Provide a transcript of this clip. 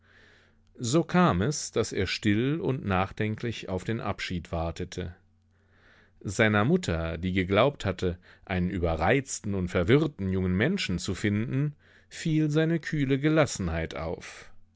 so kam es daß er still und nachdenklich auf den abschied wartete seiner mutter die geglaubt hatte einen überreizten und verwirrten jungen menschen zu finden fiel seine kühle gelassenheit auf